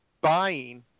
buying